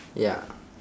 ya